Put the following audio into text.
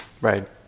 Right